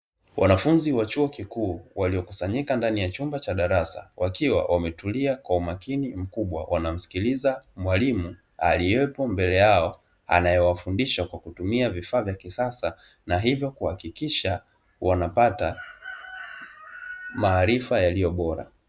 Wanafunzi wa chuo kikuu waliokusanyika ndani ya chumba cha darasa wakiwa wametulia kwa umakini mkubwa, wanamsikiliza mwalimu aliyepo mbele yao anayewafundisha kwa kutumia vifaa vya kisasa; na hivyo kuhakikisha wanapata maarifa yaliyo bora.